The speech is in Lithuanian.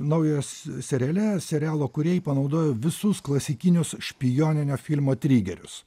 naujas seriale serialo kūrėjai panaudojo visus klasikinius špijoninio filmo trigerius